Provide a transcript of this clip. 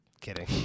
Kidding